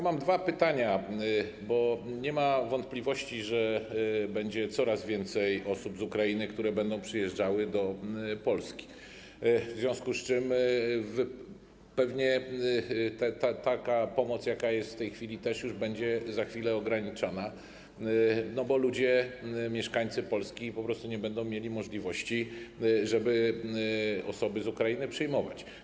Mam dwa pytania, bo nie ma wątpliwości, że będzie coraz więcej osób z Ukrainy, które będą przyjeżdżały do Polski, w związku z czym pewnie taka pomoc, jaka jest w tej chwili, też już będzie za chwilę ograniczona, bo ludzie, mieszkańcy Polski po prostu nie będą mieli możliwości, żeby osoby z Ukrainy przyjmować.